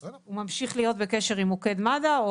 הוא ממשיך להיות בקשר עם מוקד מד"א או